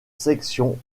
sections